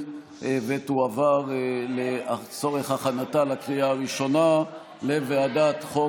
ותועבר לצורך הכנתה לקריאה הראשונה לוועדת החוקה,